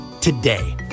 today